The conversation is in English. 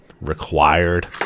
required